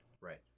right